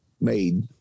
Made